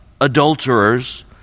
adulterers